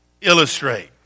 illustrate